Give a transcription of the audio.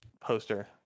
poster